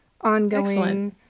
ongoing